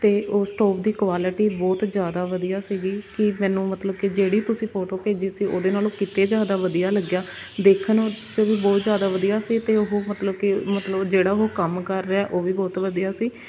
ਅਤੇ ਉਹ ਸਟੋਵ ਦੀ ਕੁਆਲਿਟੀ ਬਹੁਤ ਜ਼ਿਆਦਾ ਵਧੀਆ ਸੀਗੀ ਕਿ ਮੈਨੂੰ ਮਤਲਬ ਕਿ ਜਿਹੜੀ ਤੁਸੀਂ ਫੋਟੋ ਭੇਜੀ ਸੀ ਉਹਦੇ ਨਾਲੋਂ ਕਿਤੇ ਜ਼ਿਆਦਾ ਵਧੀਆ ਲੱਗਿਆ ਦੇਖਣ 'ਚ ਵੀ ਬਹੁਤ ਜ਼ਿਆਦਾ ਵਧੀਆ ਸੀ ਅਤੇ ਉਹ ਮਤਲਬ ਕਿ ਮਤਲਬ ਜਿਹੜਾ ਉਹ ਕੰਮ ਕਰ ਰਿਹਾ ਉਹ ਵੀ ਬਹੁਤ ਵਧੀਆ ਸੀ